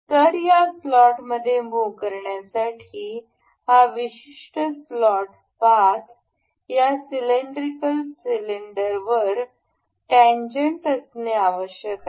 तर या स्लॉटमध्ये मुह करण्यासाठी हा विशिष्ट स्लॉट पाथ या सिलेंड्रिकल सिलेंडरवर टेनजेन्ट असणे आवश्यक आहे